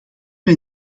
mij